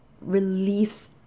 release